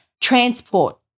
transport